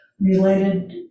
related